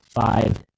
five